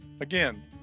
Again